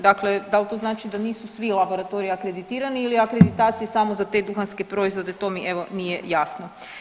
Dakle dal to znači da nisu svi laboratoriji akreditirani ili akreditacija je samo za te duhanske proizvode evo to mi nije jasno.